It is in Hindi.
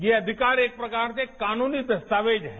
ये अधिकार एक प्रकार से कानूनी दस्तावेज है